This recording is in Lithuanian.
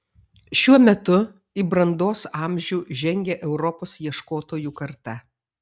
šiuo metu į brandos amžių žengia europos ieškotojų karta